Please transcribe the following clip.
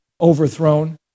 overthrown